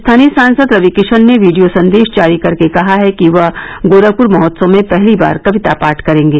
स्थानीय सांसद रविकिशन ने वीडियो संदेश जारी कर कहा कि वह गोरखपर महोत्सव में पहली बार कविता पाठ करेंगे